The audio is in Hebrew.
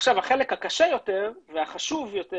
עכשיו החלק הקשה יותר והחשוב יותר